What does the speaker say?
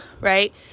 right